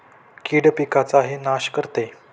कीड पिकाचाही नाश करते